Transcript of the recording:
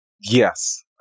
Yes